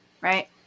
Right